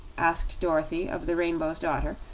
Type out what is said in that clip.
asked dorothy of the rainbow's daughter,